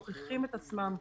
מוכיחים את עצמם.